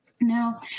Now